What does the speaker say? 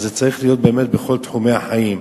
צריך להיות בכל תחומי החיים.